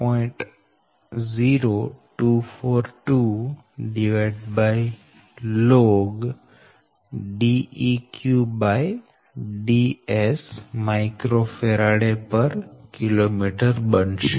0242log Deq Ds µFkm બનશે